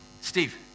Steve